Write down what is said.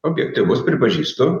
objektyvus pripažįstu